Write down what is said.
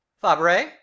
fabre